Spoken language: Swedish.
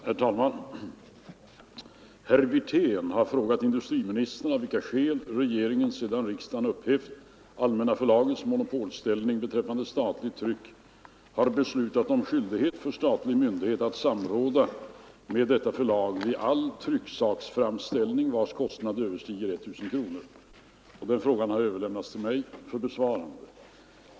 Herr talman! Herr Wirtén har frågat industriministern av vilka skäl regeringen — sedan riksdagen upphävt Allmänna förlagets monopolställning beträffande statligt tryck — har beslutat om skyldighet för statlig myndighet att samråda med detta förlag vid all trycksaksframställning vars kostnad överstiger 1000 kronor. Frågan har överlämnats till mig för besvarande.